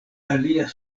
alia